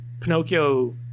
Pinocchio